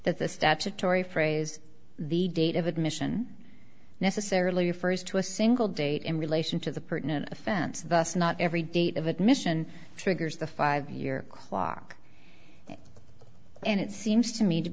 that the statutory phrase the date of admission necessarily refers to a single date in relation to the person an offense of us not every date of admission triggers the five year clock and it seems to me to